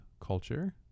culture